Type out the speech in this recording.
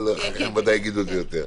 אבל אחרים בוודאי יגידו את זה יותר.